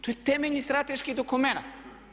To je temeljni strateški dokumenat.